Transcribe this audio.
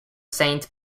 saint